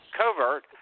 covert